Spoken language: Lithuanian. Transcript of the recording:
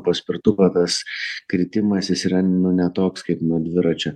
paspirtuko tas kritimas jis yra nu ne toks kaip nuo dviračio